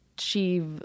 Achieve